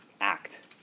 act